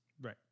Right